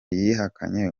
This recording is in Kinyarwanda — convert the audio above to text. yihakanye